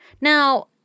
Now